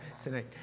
tonight